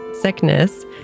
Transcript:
sickness